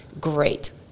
Great